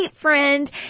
friend